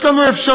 יש לנו אפשרות,